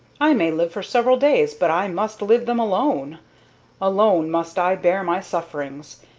i may live for several days, but i must live them alone alone must i bear my sufferings,